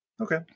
Okay